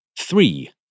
Three